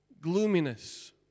gloominess